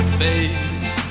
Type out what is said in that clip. face